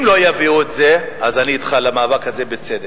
אם לא יביאו את זה, אז אני אתך במאבק הזה, בצדק.